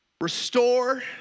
restore